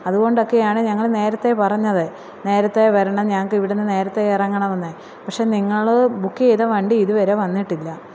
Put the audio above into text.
അതുകൊണ്ട് ഒക്കെയാണ് ഞങ്ങൾ നേരത്തേ പറഞ്ഞത് നേരത്തേ വരണം ഞങ്ങൾക്ക് ഇവിടുന്ന് നേരത്തേ ഇറങ്ങണം എന്ന് പക്ഷേ നിങ്ങൾ ബുക്ക് ചെയ്ത വണ്ടി ഇത് വരെ വന്നിട്ടില്ല